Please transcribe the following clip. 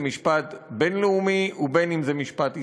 משפט בין-לאומי בין שזה משפט ישראלי.